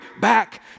back